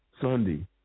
Sunday